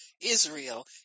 Israel